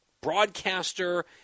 broadcaster